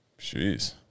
Jeez